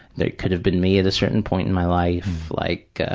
it could have been me at a certain point in my life, like,